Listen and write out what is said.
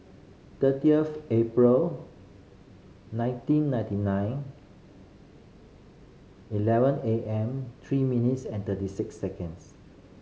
thirty of April nineteen ninety nine eleven A M three minutes and thirty six seconds